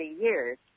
years